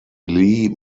lee